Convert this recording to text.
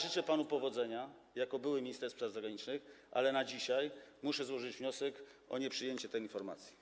Życzę panu powodzenia jako były minister spraw zagranicznych, ale dzisiaj muszę złożyć wniosek o nieprzyjęcie tej informacji.